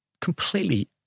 completely